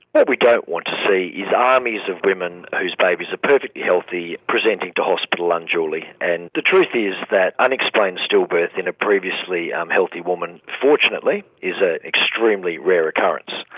what we don't want to see is armies of women whose babies are perfectly healthy presenting to hospital unduly. and the truth is that unexplained stillbirth in a previously um healthy woman fortunately is an ah extremely rare occurrence.